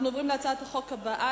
אנחנו עוברים להצעת החוק הבאה